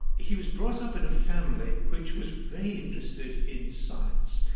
he was brought up in a family which was very interested in science.